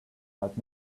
had